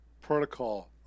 protocol